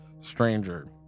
stranger